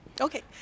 Okay